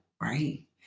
right